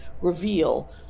reveal